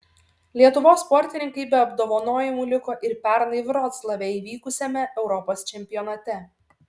lietuvos sportininkai be apdovanojimų liko ir pernai vroclave įvykusiame europos čempionate